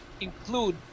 include